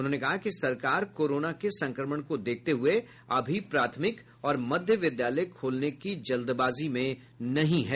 उन्होंने कहा कि सरकार कोरोना के संक्रमण को देखते हुये अभी प्राथमिक और मध्य विद्यालय खोलने की जल्दबाजी में नहीं है